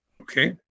okay